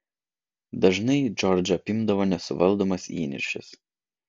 dažnai džordžą apimdavo nesuvaldomas įniršis